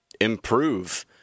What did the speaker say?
improve